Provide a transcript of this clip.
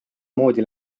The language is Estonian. moodi